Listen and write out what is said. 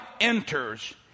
enters